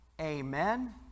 Amen